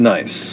Nice